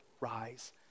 rise